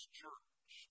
church